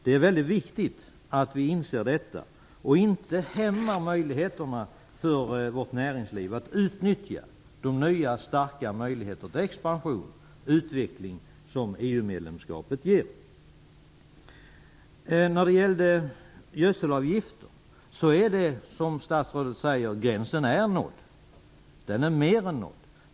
Det är väldigt viktigt att vi inser detta och inte hämmar möjligheterna för vårt näringsliv att utnyttja de nya stora möjligheter till expansion och utveckling som EU-medlemskapet ger. När det gäller gödselavgifterna är, som statsrådet säger, gränsen nådd. Den är mer än nådd.